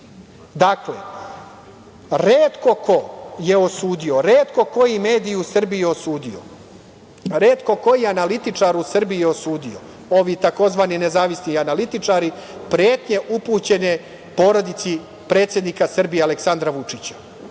Dakle, retko ko je osudio, retko koji medij u Srbiji je osudio, retko koji analitičar u Srbiji je osudio, ovi tzv. nezavisni analitičari, pretnje upućene porodici predsednika Srbije Aleksandra Vučića